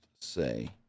say